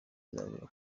izabera